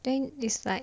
then it's like